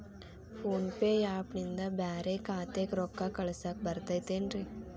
Phone pay app ನಿಂದ ಬ್ಯಾರೆ ಖಾತೆಕ್ ರೊಕ್ಕಾ ಕಳಸಾಕ್ ಬರತೈತೇನ್ರೇ?